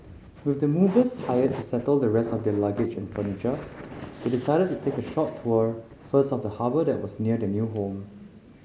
with the movers hired to settle the rest of their luggage and furniture they decided to take a short tour first of the harbour that was near their new home